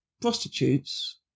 prostitutes